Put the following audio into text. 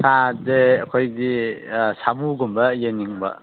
ꯁꯥꯁꯦ ꯑꯩꯈꯣꯏꯁꯤ ꯁꯥꯃꯨꯒꯨꯝꯕ ꯌꯦꯡꯅꯤꯡꯕ